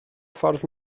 ffordd